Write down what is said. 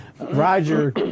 Roger